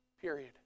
period